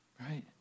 Right